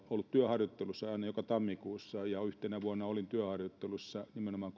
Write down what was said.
ollut työharjoittelussa aina joka tammikuussa ja yhtenä vuonna olin työharjoittelussa nimenomaan